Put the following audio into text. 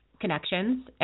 connections